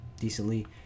decently